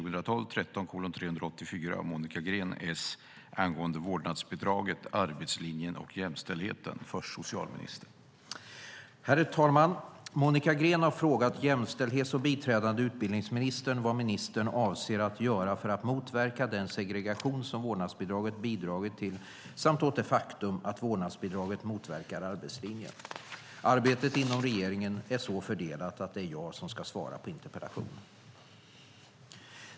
Herr talman! Monica Green har frågat jämställdhets och biträdande utbildningsministern vad ministern avser att göra för att motverka den segregation som vårdnadsbidraget bidrar till samt vad ministern avser att göra åt det faktum att vårdnadsbidraget motverkar arbetslinjen. Arbetet inom regeringen är så fördelat att det är jag som ska svara på interpellationen.